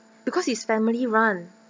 because it's family run